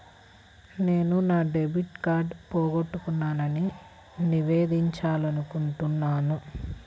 నేను నా డెబిట్ కార్డ్ని పోగొట్టుకున్నాని నివేదించాలనుకుంటున్నాను